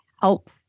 help